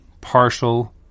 partial